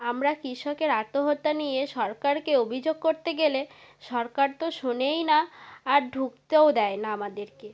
আমরা কৃষকের আত্মহত্যা নিয়ে সরকারকে অভিযোগ করতে গেলে সরকার তো শোনেই না আর ঢুকতেও দেয় না আমাদেরকে